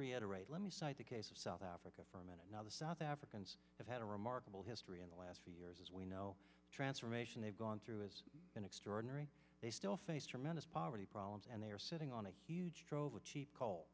reiterate let me cite the case of south africa for a minute now the south africans have had a remarkable history in the last few years as we know the transformation they've gone through is an extraordinary they still face tremendous poverty problems and they are sitting on a huge drove a cheap coal